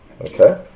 Okay